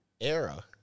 era